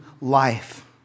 life